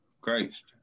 Christ